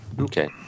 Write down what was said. Okay